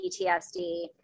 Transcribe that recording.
PTSD